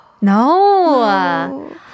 No